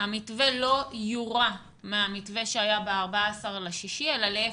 המתווה לא יורע מהמתווה שהיה ב-14.6 אלא להיפך,